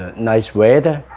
ah nice weather,